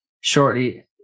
shortly